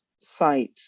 site